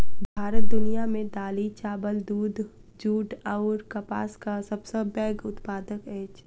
भारत दुनिया मे दालि, चाबल, दूध, जूट अऔर कपासक सबसे पैघ उत्पादक अछि